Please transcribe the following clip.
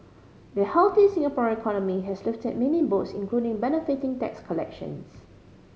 the healthy Singaporean economy has lifted many boats including benefiting tax collections